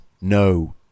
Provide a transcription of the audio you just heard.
No